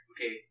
okay